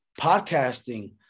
Podcasting